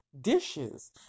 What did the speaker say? dishes